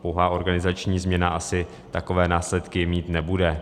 Pouhá organizační změna asi takové následky mít nebude.